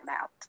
out